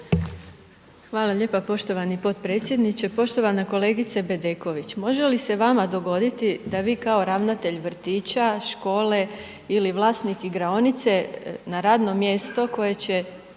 Hvala lijepa poštovani potpredsjedniče. Poštovana kolegice Bedeković, može li se vama dogoditi da vi kao ravnatelj vrtića, škole ili vlasnik igraonice na radno mjesto koje će